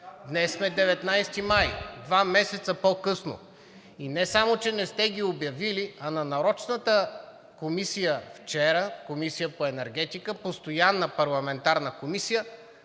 Днес сме 19 май – два месеца по-късно! Не само че не сте ги обявили, а на нарочната комисия вчера – Комисията по енергетика – постоянна парламентарна комисия,